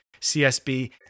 CSB